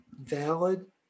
valid